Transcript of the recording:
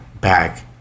back